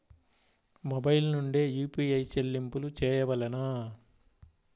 Mobile నుండే UPI చెల్లింపులు చేయవలెనా?